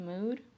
mood